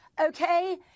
okay